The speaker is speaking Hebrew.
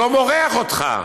לא מורח אותך,